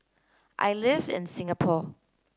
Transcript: I live in Singapore